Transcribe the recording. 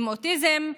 עם אוטיזם,